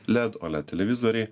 led o led televizoriai